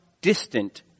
distant